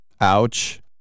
ouch